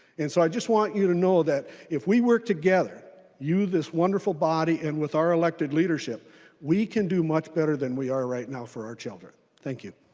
and so i just want you to know that if we work together you this wonderful body and with our elected leaders um we could do much better than we are right now for our children. thank you.